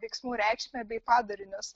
veiksmų reikšmę bei padarinius